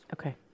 Okay